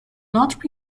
not